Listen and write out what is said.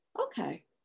okay